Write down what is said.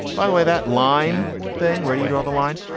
by the way, that line thing, where do you draw the line?